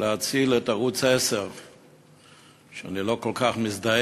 להציל את ערוץ 10. אני לא כל כך מזדהה